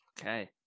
Okay